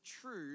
true